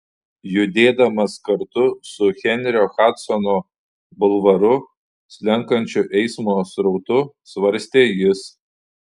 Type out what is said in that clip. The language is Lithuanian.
judėdamas kartu su henrio hadsono bulvaru slenkančiu eismo srautu svarstė jis